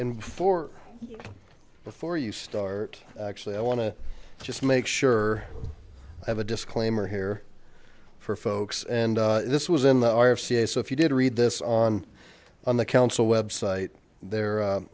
and before before you start actually i want to just make sure i have a disclaimer here for folks and this was in the r c a so if you did read this on on the council website there